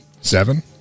Seven